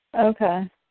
Okay